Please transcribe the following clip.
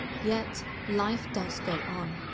yet, life does go on.